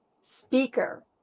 speaker